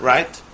Right